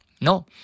No